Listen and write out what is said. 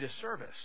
disservice